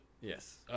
Yes